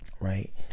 right